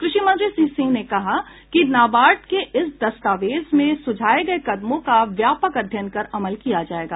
कृषि मंत्री श्री सिंह ने कहा कि नाबार्ड के इस दस्तावेज में सुझाये गये कदमों का व्यापक अध्ययन कर अमल किया जायेगा